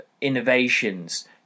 innovations